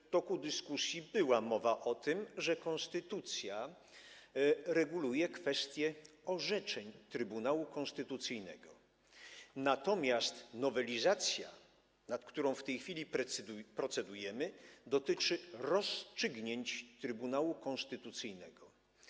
W toku dyskusji była mowa o tym, że konstytucja reguluje kwestię orzeczeń Trybunału Konstytucyjnego, natomiast nowelizacja, nad którą w tej chwili procedujemy, dotyczy rozstrzygnięć Trybunału Konstytucyjnego.